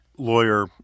Lawyer